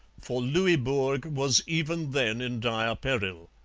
for louisbourg was even then in dire peril.